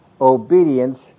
Obedience